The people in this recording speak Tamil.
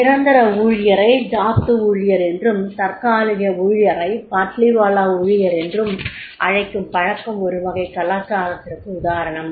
நிரந்தர ஊழியரை 'ஜாத்து ஊழியர்' என்றும் தற்காலிகஊழியரை 'பாட்லிவாலா ஊழியர்' என்றும் அழைக்கும் பழக்கம் ஒரு வகைக் கலாச்சாரத்திற்கு உதாரணம்